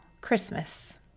Christmas